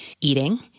eating